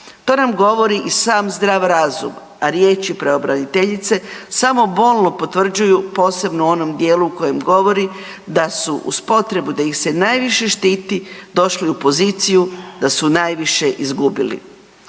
To nam govori i sam zdrav razum, a riječi pravobraniteljice samo bolno potvrđuju posebno u onom dijelu u kojem govori da su uz potrebu da ih se najviše štiti došli u poziciju da su najviše izgubili.